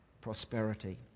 prosperity